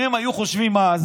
אם הם היו חושבים אז